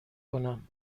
کنم